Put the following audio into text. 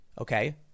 okay